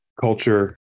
Culture